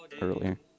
earlier